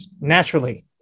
naturally